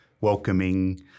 welcoming